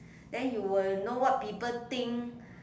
then you will know what people think